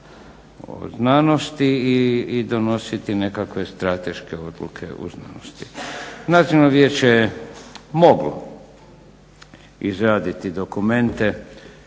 o znanosti i donositi nekakve strateške odluke u znanosti. Nacionalno vijeće je moglo izraditi dokumente